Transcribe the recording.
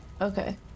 Okay